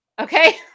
Okay